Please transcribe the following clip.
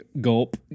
gulp